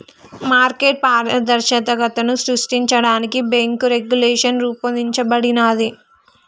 market పారదర్శకతను సృష్టించడానికి bank regulation రూపొందించబడినాది